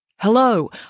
Hello